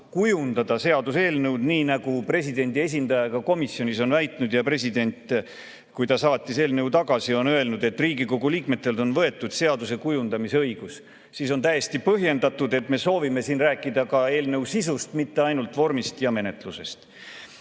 kujundada seaduseelnõu, nii nagu presidendi esindaja ka komisjonis on väitnud ja president, kui ta saatis eelnõu tagasi, on öelnud, et Riigikogu liikmetelt on võetud seaduse kujundamise õigus. Siis on täiesti põhjendatud, et me soovime siin rääkida ka eelnõu sisust, mitte ainult vormist ja menetlusest. Nüüd,